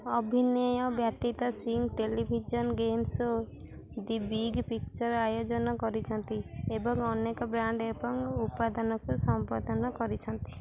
ଅଭିନୟ ବ୍ୟତୀତ Singh television game show the big picture ଆୟୋଜନ କରିଛନ୍ତି ଏବଂ ଅନେକ ବ୍ରାଣ୍ଡ ଏବଂ ଉପାଦାନକୁ ସମ୍ବୋଧନ କରିଛନ୍ତି